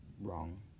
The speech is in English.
wrong